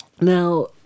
Now